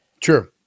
true